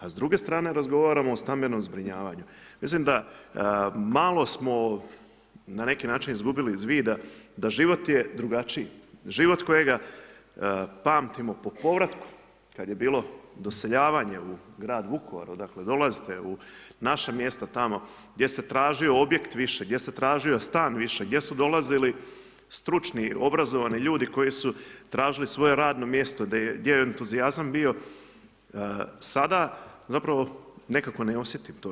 A s druge strane razgovaramo o stambenom zbrinjavanju, mislim da, malo smo na neki način, izgubili iz vida da život je drugačiji, život kojega pamtimo po povratku kad je bilo doseljavanje u grad Vukovar odakle dolazite u naše mjesto tamo gdje se tražio objekt više, gdje se tražio stan više, gdje su dolazili stručni obrazovani ljudi koji su tražili svoje radno mjesto gdje je entuzijazam bio, sada zapravo nekako ne osjetim to.